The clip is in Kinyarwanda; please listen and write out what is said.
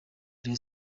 rayon